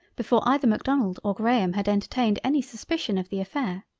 before either macdonald or graham had entertained any suspicion of the affair.